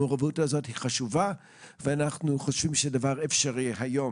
המעורבות הזאת חשובה ואפשרית היום.